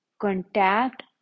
contact